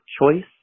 choice